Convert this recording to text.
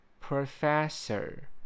Professor